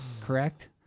correct